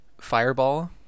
fireball